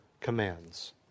commands